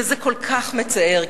וזה כל כך מצער,